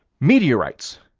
meteorites,